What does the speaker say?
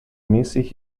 mäßig